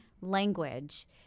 language